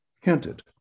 hinted